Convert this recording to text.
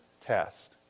test